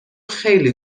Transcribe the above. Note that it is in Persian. خیلی